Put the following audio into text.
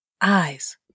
eyes